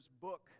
book